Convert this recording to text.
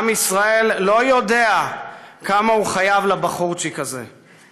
עם ישראל לא יודע כמה הוא חייב לבחורצ'יק הזה.